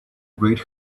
great